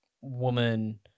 woman